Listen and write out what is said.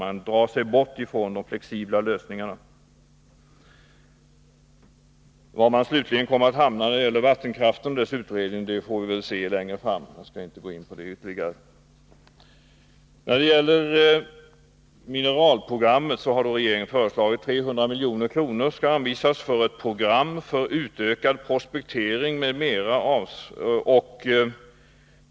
Man drar sig bort från de flexibla lösningarna. Var man slutligen kommer att hamna när det gäller vattenkraften och utredningen om den får vi se längre fram. Jag skall inte ytterligare gå in på det. När det gäller mineralprogrammet har regeringen föreslagit att 300 milj.kr. skall anvisas för ett program för utökad prospektering m.m.